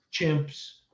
Chimps